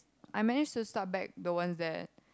I managed to start back the ones that